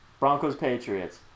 Broncos-Patriots